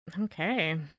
Okay